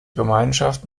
gemeinschaft